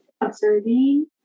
observing